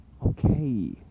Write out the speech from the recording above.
okay